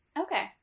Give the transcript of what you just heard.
okay